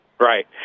Right